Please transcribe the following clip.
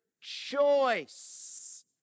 choice